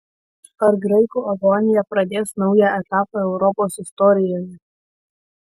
ar graikų agonija pradės naują etapą europos istorijoje